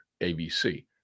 ABC